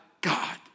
God